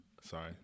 Sorry